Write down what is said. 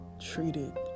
treated